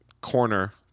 corner